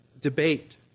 debate